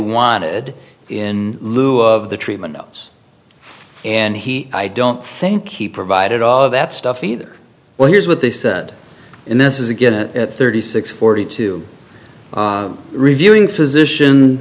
wanted in lieu of the treatment outs and he i don't think he provided all all of that stuff either well here's what they said in this is a get it at thirty six forty two reviewing physician